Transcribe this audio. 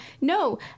no